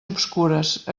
obscures